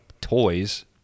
toys